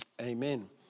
amen